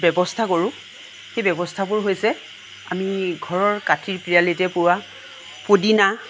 ব্যৱস্থা কৰোঁ সেই ব্যৱস্থাবোৰ হৈছে আমি ঘৰৰ কাষৰ পিৰালিতে পোৱা পদিনা